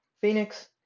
Phoenix